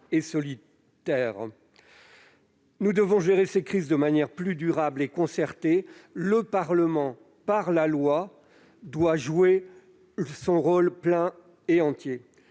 et solitaires. Nous devons gérer ces crises de manière plus durable et concertée. Le Parlement et la loi doivent jouer leur rôle plein et entier.